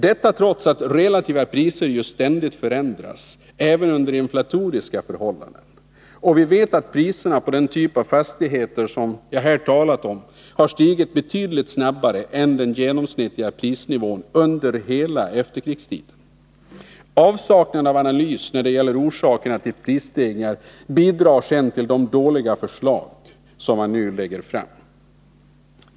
Det gör man trots att relativa priser ju ständigt förändras, även under inflatoriska förhållanden, och trots att man vet att priserna på de typer av fastigheter som vi här talat om har stigit betydligt snabbare än den genomsnittliga prisnivån under hela efterkrigstiden. Avsaknaden av analys när det gäller orsakerna till prisstegringar bidrar sedan till det dåliga förslag som man nu lägger fram.